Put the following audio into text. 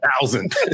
thousand